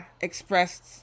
expressed